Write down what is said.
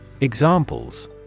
Examples